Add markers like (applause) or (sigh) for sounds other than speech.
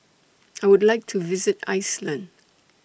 (noise) I Would like to visit Iceland